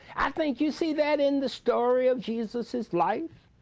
i think you see that in the story of jesus's life.